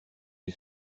des